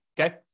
okay